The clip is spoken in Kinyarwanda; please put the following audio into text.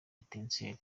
etincelles